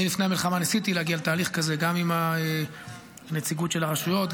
אני לפני המלחמה ניסיתי להגיע לתהליך כזה גם עם הנציגות של הרשויות,